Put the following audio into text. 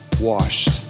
washed